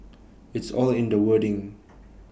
it's all in the wording